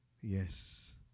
Yes